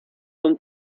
con